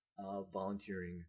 volunteering